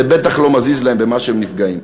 וזה בטח לא מזיז להם במה שהם נפגעים.